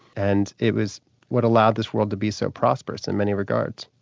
and it was what allowed this world to be so prosperous in many regards.